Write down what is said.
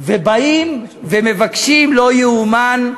ובאים ומבקשים, לא ייאמן,